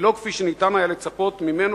ולא כפי שניתן היה לצפות ממנו,